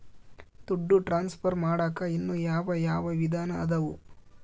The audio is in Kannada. ದುಡ್ಡು ಟ್ರಾನ್ಸ್ಫರ್ ಮಾಡಾಕ ಇನ್ನೂ ಯಾವ ಯಾವ ವಿಧಾನ ಅದವು?